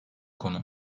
konu